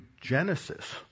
Genesis